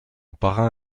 parrain